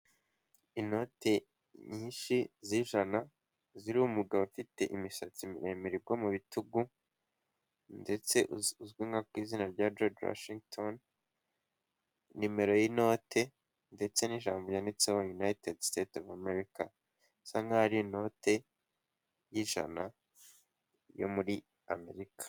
Inote nyinshi z'ijana ziriho umugabo ufite imisatsi miremire igwa mu bitugu ndetse uzwi ku izina rya Gorge Washington, nimero y'inote ndetse n'ijambo yanditseho United State of Americ. Bisa nkaho ari inote y'ijana yo muri Amerika.